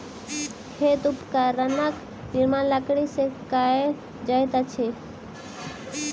खेल उपकरणक निर्माण लकड़ी से कएल जाइत अछि